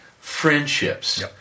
friendships